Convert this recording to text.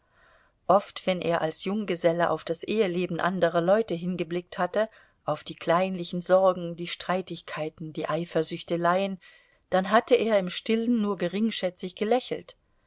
oft wenn er als junggeselle auf das eheleben anderer leute hingeblickt hatte auf die kleinlichen sorgen die streitigkeiten die eifersüchteleien dann hatte er im stillen nur geringschätzig gelächelt